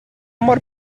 mor